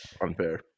unfair